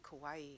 Kauai